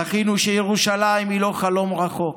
זכינו שירושלים היא לא חלום רחוק.